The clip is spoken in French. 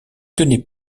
tenait